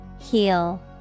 Heal